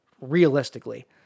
realistically